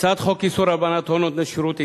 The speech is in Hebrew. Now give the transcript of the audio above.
הצעת חוק איסור הלבנת הון (תיקון מס' 11) (נותני שירות עסקי)